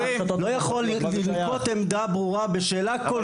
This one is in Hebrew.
לא יכול לנקוט עמדה ברורה בשאלה כל כך קריטית.